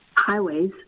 highways